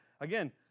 again